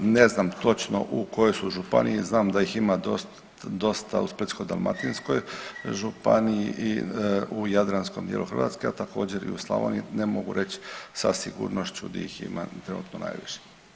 Ne znam točno u kojoj su županiji, znam da ih ima dosta u Splitsko-dalmatinskoj županiji i u jadranskom dijelu Hrvatske, a također i u Slavoniji, ne mogu reć sa sigurnošću di ih ima trenutno najviše.